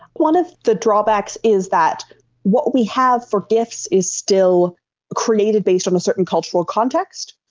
one of the drawbacks is that what we have for gifs is still created based on a certain cultural context,